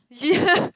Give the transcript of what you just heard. yeah